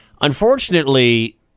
Unfortunately